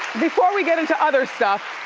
before we get into other stuff,